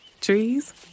Trees